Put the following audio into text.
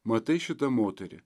matai šitą moterį